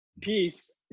peace